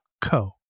co